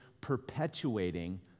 perpetuating